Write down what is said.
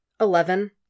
Eleven